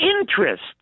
interest